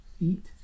eat